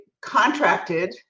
contracted